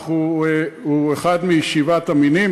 הוא אחד משבעת המינים,